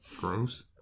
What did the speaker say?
Gross